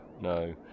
no